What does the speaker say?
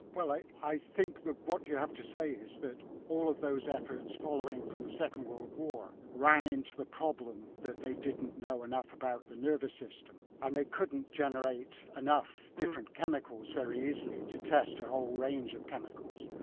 well i i think that what you have to say is that all of those efforts following from the second world war ran into the problem that they didn't know enough about the nervous system and they couldn't generate enough different chemicals very easily to test a whole range of chemicals.